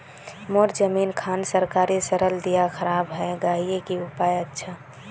मोर जमीन खान सरकारी सरला दीया खराब है गहिये की उपाय अच्छा?